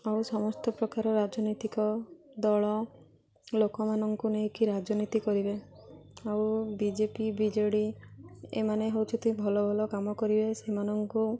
ଆଉ ସମସ୍ତ ପ୍ରକାର ରାଜନୈତିକ ଦଳ ଲୋକମାନଙ୍କୁ ନେଇକି ରାଜନୀତି କରିବେ ଆଉ B J P B J D ଏମାନେ ହେଉଛନ୍ତି ଭଲ ଭଲ କାମ କରିବେ ସେମାନଙ୍କୁ